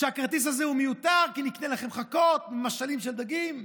שהכרטיס הזה מיותר כי נקנה לכם חכות ומשלים על דגים.